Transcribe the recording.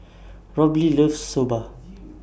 Robley loves Soba